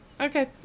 Okay